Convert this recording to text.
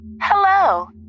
Hello